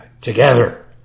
together